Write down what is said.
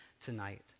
tonight